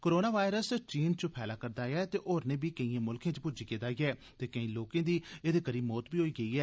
corona virus चीन च फैला करदा ऐ ते एह् होरनें बी केइए मुल्खें च पुज्जी गेदा ऐ ते केई लोकें दी एह्दे करी मौत बी होई ऐ